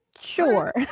Sure